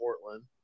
Portland